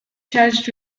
charged